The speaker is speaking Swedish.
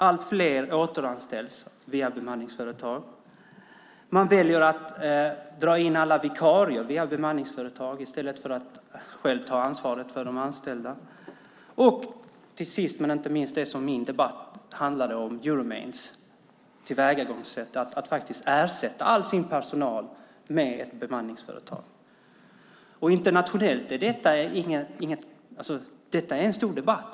Allt fler återanställs via bemanningsföretag. Man väljer att ta in alla vikarier via bemanningsföretag i stället för att själv ta ansvar för de anställda. Jag återkommer till det som min interpellation handlade om, nämligen Euromaints tillvägagångssätt där man ersatte all sin personal med personal från bemanningsföretag. Internationellt är detta en stor debatt.